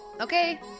Okay